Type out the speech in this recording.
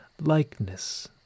likeness